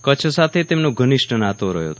કચ્છ સાથે તેમનો ધનિષ્ઠ નાતો રહ્યો હતો